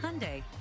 hyundai